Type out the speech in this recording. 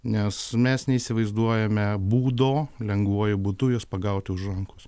nes mes neįsivaizduojame būdo lengvuoju būdu juos pagauti už rankos